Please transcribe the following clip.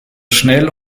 schnell